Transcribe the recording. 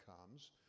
comes